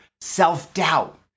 self-doubt